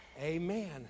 Amen